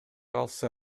калса